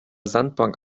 sandbank